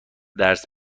درس